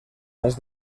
las